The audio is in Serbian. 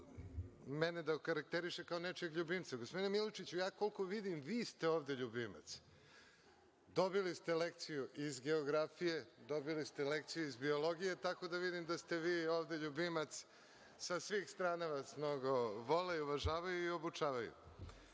mene okarakteriše kao nečijeg ljubimca. Gospodine Milojičiću, koliko vidim, vi ste ovde ljubimac. Dobili ste lekciju iz geografije, dobili ste lekciju iz biologije, tako da vidim da ste vi ovde ljubimac. Sa svih strana vas mnogo vole i uvažavaju i obučavaju. Sad